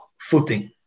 footing